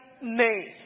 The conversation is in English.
name